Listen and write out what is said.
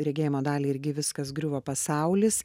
regėjimo dalį irgi viskas griuvo pasaulis